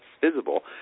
visible